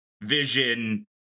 Vision